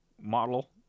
model